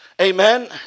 Amen